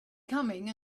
coming